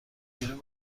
بیرون